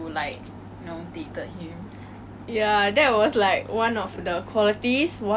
我只是跟他 maybe have like a group work once and that was it